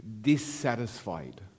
Dissatisfied